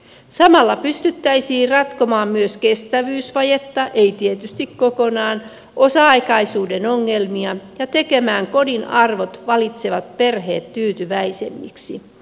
samalla pystyttäisiin ratkomaan myös kestävyysvajetta ei tietysti kokonaan osa aikaisuuden ongelmia ja tekemään kodin arvot valitsevat perheet tyytyväisemmiksi